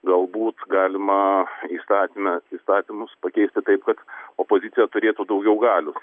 galbūt galima įstatyme įstatymus pakeisti taip kad opozicija turėtų daugiau galių